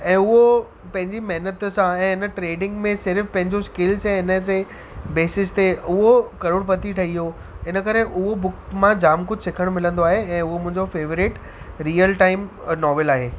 ऐं उहो पंहिंजी महिनत सां ऐं इन ट्रेडिंग में सिर्फ़ु पंहिंजो स्किल्स ऐं इन जे बेसिस ते उहो करोड़पती ठही वियो इन करे उहो बुक मां जाम कुझु सिखण लाइ मिलंदो आहे ऐं उहो मुंहिंजो फेवरेट रियल टाइम नॅाविल आहे